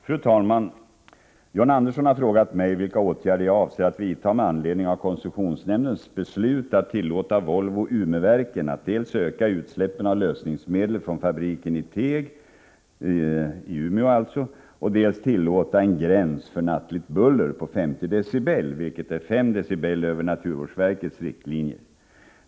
Fru talman! John Andersson har frågat mig vilka åtgärder jag avser att vidta med anledning av koncessionsnämndens beslut att tillåta Volvo Umeverken att dels öka utsläppen av lösningsmedel från fabriken i Teg , dels tillåta en gräns för nattligt buller på 50 decibel, vilket är 5 decibel över naturvårdsverkets riktlinjer.